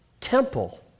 temple